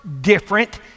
different